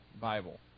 Bible